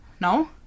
No